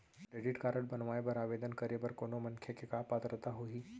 Credit card बनवाए बर आवेदन करे बर कोनो मनखे के का पात्रता होही?